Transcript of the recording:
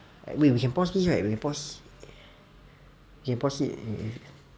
wait we can pause this right we can pause we can pause it